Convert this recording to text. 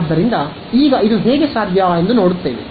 ಆದ್ದರಿಂದ ಈಗ ಇದು ಹೇಗೆ ಸಾಧ್ಯ ಎಂದು ನೋಡುತ್ತೇವೆ